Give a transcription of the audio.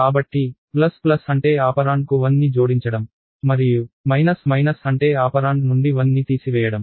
కాబట్టి plus plus అంటే ఆపరాండ్కు 1ని జోడించడం మరియు మైనస్ మైనస్ అంటే ఆపరాండ్ నుండి 1ని తీసివేయడం